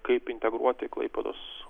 kaip integruoti klaipėdos